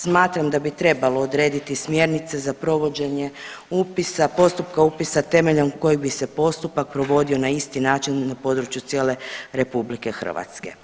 Smatram da bi trebalo odrediti smjernice za provođenje upisa i postupka upisa temeljem kojeg bi se postupak provodio na isti način na području cijele RH.